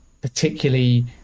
particularly